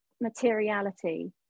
materiality